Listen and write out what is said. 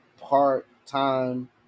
part-time